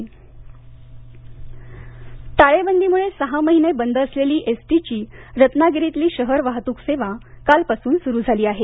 वाहतूक रत्नागिरी टाळेबंदीमुळे सहा महिने बंद असलेली एसटीची रत्नागिरीतली शहर वाहतूक सेवा कालपासून सुरू झाली आहे